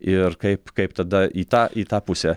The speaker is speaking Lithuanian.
ir kaip kaip tada į tą į tą pusę